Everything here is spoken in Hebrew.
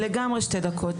לגמרי שתי דקות.